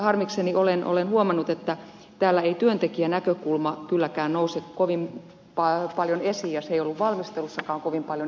harmikseni olen huomannut että täällä ei työntekijänäkökulma kylläkään nouse kovin paljon esiin eikä se ollut valmistelussakaan kovin paljon esillä